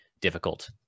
difficult